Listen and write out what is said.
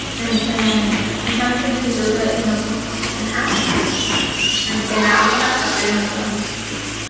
and then i haven't been doing yoga in a week and a half and then i also haven't been journaling it almost two weeks.